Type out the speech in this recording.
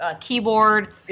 keyboard